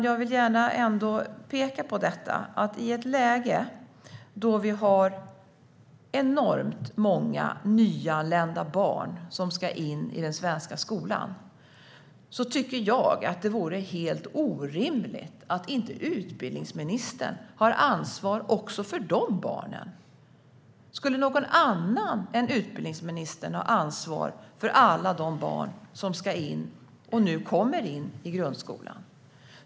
Jag vill gärna ändå peka på att jag tycker att det i ett läge där vi har enormt många nyanlända barn som ska in i den svenska skolan vore helt orimligt om inte utbildningsministern skulle ha ansvar också för de barnen. Skulle någon annan än utbildningsministern ha ansvar för alla de barn som nu kommer in i grundskolan?